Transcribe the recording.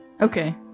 okay